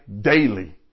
daily